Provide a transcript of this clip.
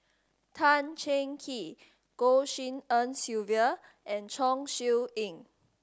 Tan Cheng Kee Goh Tshin En Sylvia and Chong Siew Ying